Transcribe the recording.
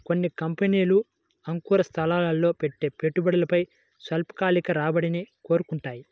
కొన్ని కంపెనీలు అంకుర సంస్థల్లో పెట్టే పెట్టుబడిపై స్వల్పకాలిక రాబడిని కోరుకుంటాయి